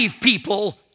people